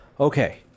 Okay